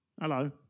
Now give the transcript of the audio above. Hello